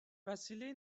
وسیله